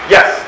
Yes